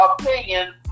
opinion